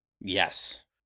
Yes